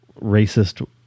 racist